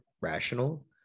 Rational